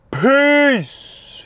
Peace